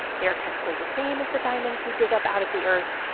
they're chemically the same as the diamonds we dig up out of the earth.